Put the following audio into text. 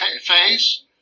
face